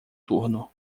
turno